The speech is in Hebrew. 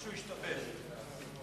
משהו השתבש.